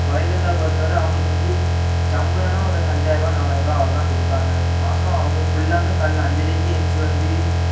கோவில் தாத்தா பொறுத்தை வரை அவங்களுக்கு வந்து சம்பளம்ன்னா ஒரு அஞ்சாயர்ருபா நாலாயர்ருபா அவ்வளோ தான் கொடுப்பாங்க மாதம் அவங்க ஃபுல்லாவும் காலையில் அஞ்சரைக்கு ஏழுந்ச்சி வந்து